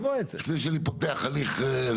לפני שאני פותח הליך,